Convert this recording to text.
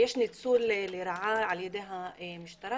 ויש ניצול לרעה על ידי המשטרה,